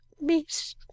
Miss